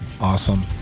awesome